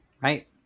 Right